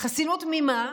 ממה?